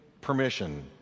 permission